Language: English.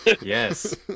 Yes